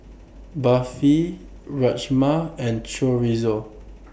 Barfi Rajma and Chorizo